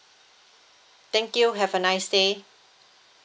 thank you have a nice day